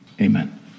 Amen